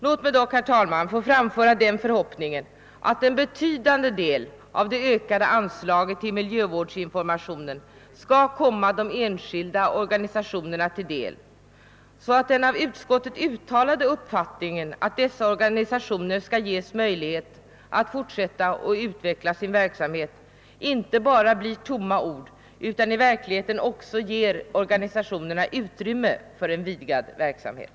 Låt mig dock framföra den förhoppningen att en betydande del av det ökade anslaget till miljövårdsinformation skall komma de enskilda organisationerna till del, så att den av utskottet uttalade uppfattningen att dessa organisationer skall få möjligheter att fortsätta med och utveckla sin verksamhet inte bara blir tomma ord utan i verkligheten också ger organisationerna utrymme för en vidgad verksamhet.